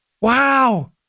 Wow